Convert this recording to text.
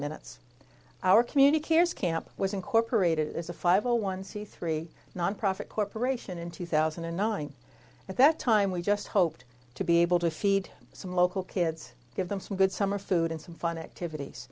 minutes our communicators camp was incorporated as a five a one c three nonprofit corporation in two thousand and nine at that time we just hoped to be able to feed some local kids give them some good summer food and some fun activities